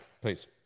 please